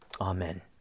Amen